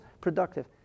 productive